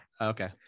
Okay